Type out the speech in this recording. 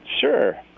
sure